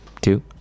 Two